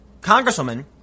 congresswoman